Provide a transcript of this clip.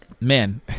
man